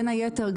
בין היתר,